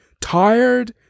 tired